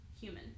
Human